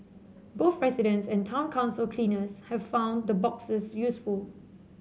both residents and town council cleaners have found the boxes useful